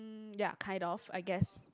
um ya kind of I guess